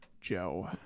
Joe